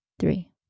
Three